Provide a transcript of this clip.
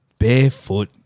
Barefoot